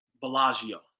Bellagio